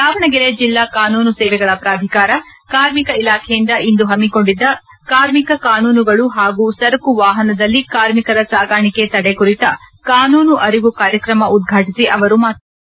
ದಾವಣಗೆರೆ ಜಿಲ್ಲಾ ಕಾನೂನು ಸೇವೆಗಳ ಪ್ರಾಧಿಕಾರ ಕಾರ್ಮಿಕ ಇಲಾಖೆಯಿಂದ ಇಂದು ಹಮ್ಮಿಕೊಂಡಿದ್ದ ಕಾರ್ಮಿಕ ಕಾನೂನುಗಳು ಹಾಗೂ ಸರಕು ವಾಹನದಲ್ಲಿ ಕಾರ್ಮಿಕರ ಸಾಗಾಣಿಕೆ ತಡೆ ಕುರಿತ ಕಾನೂನು ಅರಿವು ಕಾರ್ಯಕ್ರಮ ಉದ್ಘಾಟಿಸಿ ಅವರು ಮಾತನಾಡುತ್ತಿದ್ದರು